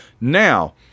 Now